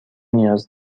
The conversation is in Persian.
نیاز